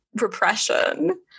repression